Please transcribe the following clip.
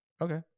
okay